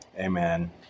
Amen